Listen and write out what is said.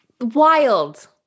Wild